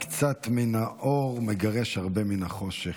קצת מן האור מגרש הרבה מן החושך.